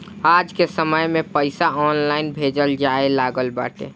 आजके समय में पईसा ऑनलाइन भेजल जाए लागल बाटे